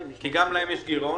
כי גם להם יש גירעון,